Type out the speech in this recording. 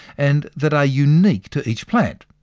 and that are unique to each plant.